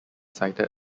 cited